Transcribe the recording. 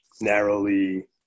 narrowly